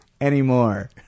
anymore